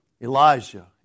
Elijah